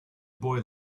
boy